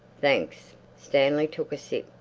thanks! stanley took a sip.